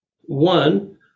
One